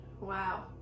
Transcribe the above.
Wow